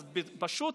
אז פשוט